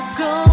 go